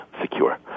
secure